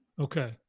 Okay